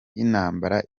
y’intambara